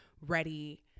ready